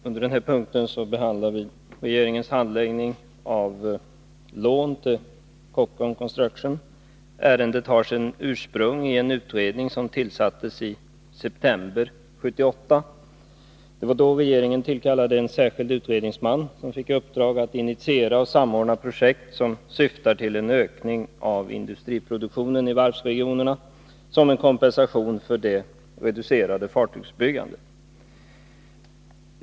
Fru talman! Under den här punkten behandlar vi regeringens handläggning av lån till Kockums Construction AB. Ärendet har sitt ursprung i en utredning som tillsattes i september 1978. Det var då regeringen tillkallade en särskild utredningsman, som fick i uppdrag att initiera och samordna projekt som skulle syfta till en ökning av industriproduktionen i varvsregionerna som en kompensation för det reducerade fartygsbyggandet.